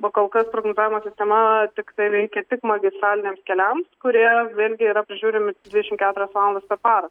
po kol kas prognozavimo sistema tiktai veikia tik magistraliniams keliams kurie vėlgi yra prižiūrimi dvidešim keturias valandas per parą